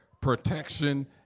protection